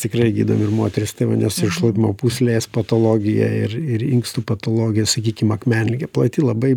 tikrai gydom ir moteris tai va nes ir šlapimo pūslės patologija ir ir inkstų patologija sakykim akmenligė plati labai